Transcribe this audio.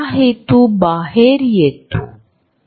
२ metre पर्यंत आहे वैयक्तिक क्षेत्र १